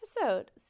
episode